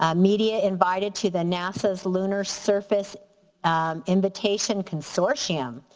ah media invited to the nasa's lunar surface invitation consortium.